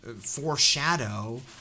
foreshadow